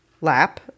lap